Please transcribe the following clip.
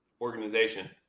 organization